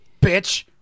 bitch